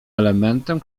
elementem